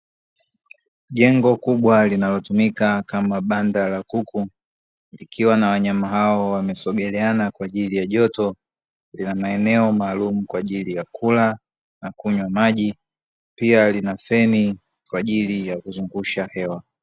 Jengo kubwa linalotumika kama banda la kuku, likiwa na wanyama hao wamesogeleana kwa ajili ya joto, likiwa maalumu kwa ajili ya kula na kunywa maji. Pia lina feni kwa ajili ya kuzungusha hewa.